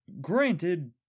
Granted